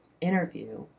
interview